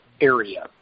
area